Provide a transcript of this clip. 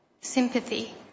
sympathy